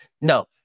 no